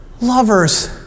lovers